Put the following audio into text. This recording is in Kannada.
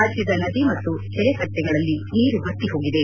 ರಾಜ್ಯದ ನದಿ ಮತ್ತು ಕೆರೆಕಟ್ಸೆಗಳಲ್ಲಿ ನೀರು ಬತ್ತಿ ಹೋಗಿದೆ